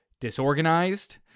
disorganized